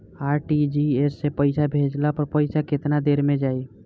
RTGS से पईसा भेजला पर पईसा केतना देर म जाई?